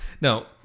no